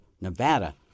Nevada